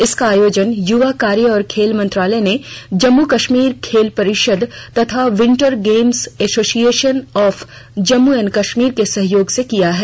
इसका आयोजन युवा कार्य और खेल मंत्रालय ने जम्मू कश्मीर खेल परिषद तथा winter games association of Jammu and Kashmir के सहयोग से किया है